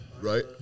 Right